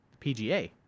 PGA